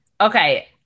okay